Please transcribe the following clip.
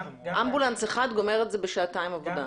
אמבולנס אחד גומר את זה בשעתיים עבודה.